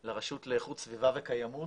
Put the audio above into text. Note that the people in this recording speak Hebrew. זה הרשות לאיכות סביבה וקיימות.